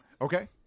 Okay